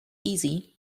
easy